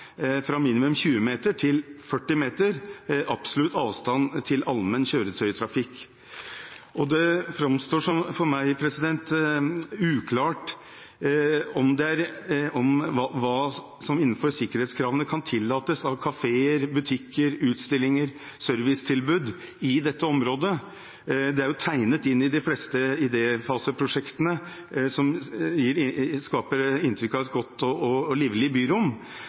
fra minimum 20 meter til 40 meter. Det framstår for meg uklart hva som innenfor sikkerhetskravene kan tillates av kafeer, butikker, utstillinger og servicetilbud i dette området. Det er jo tegnet inn i de fleste idéfaseprosjektene, som skaper inntrykk av et godt og livlig byrom,